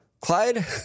Clyde